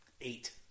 Eight